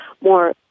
more